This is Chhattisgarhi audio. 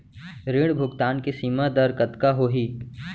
ऋण भुगतान के सीमा दर कतका होथे?